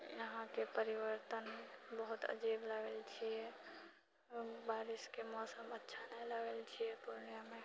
यहाँके परिवर्तन बहुत अजीब लागै छिऐ बारिशके मौसम अच्छा नहि लागै छिऐ पूर्णियाँमे